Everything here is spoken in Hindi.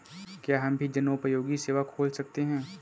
क्या हम भी जनोपयोगी सेवा खोल सकते हैं?